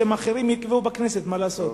שאחרים יקבעו לכנסת מה לעשות.